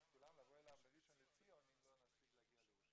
לבוא אליו לראשון לציון אם לא נספיק להגיע לירושלים.